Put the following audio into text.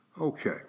okay